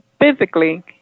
physically